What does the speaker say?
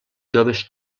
joves